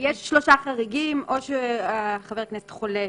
יש שלושה חריגים או שחבר הכנסת חולה